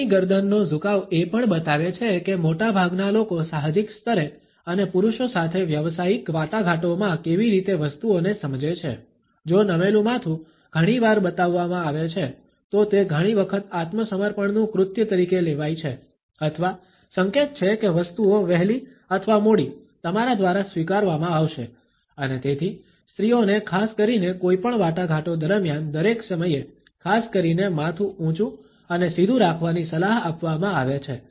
આપણી ગરદનનો ઝુકાવ એ પણ બતાવે છે કે મોટાભાગના લોકો સાહજિક સ્તરે અને પુરુષો સાથે વ્યવસાયિક વાટાઘાટોમાં કેવી રીતે વસ્તુઓને સમજે છે જો નમેલું માથું ઘણી વાર બતાવવામાં આવે છે તો તે ઘણી વખત આત્મસમર્પણનું કૃત્ય તરીકે લેવાય છે અથવા સંકેત છે કે વસ્તુઓ વહેલી અથવા મોડી તમારા દ્વારા સ્વીકારવામાં આવશે અને તેથી સ્ત્રીઓને ખાસ કરીને કોઈપણ વાટાઘાટો દરમિયાન દરેક સમયે ખાસ કરીને માથું ઊંચું અને સીધું રાખવાની સલાહ આપવામાં આવે છે